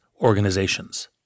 organizations